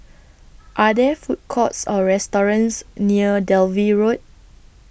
Are There Food Courts Or restaurants near Dalvey Road